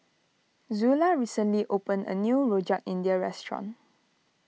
Zula recently opened a new Rojak India restaurant